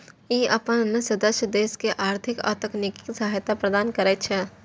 ई अपन सदस्य देश के आर्थिक आ तकनीकी सहायता प्रदान करै छै